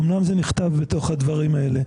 אמנם זה נכתב בתוך הדברים האלה.